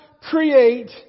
create